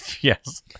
Yes